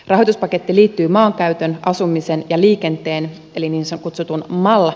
rahoituspaketti liittyy maankäytön asumisen ja liikenteen elimiin sakotetun maalla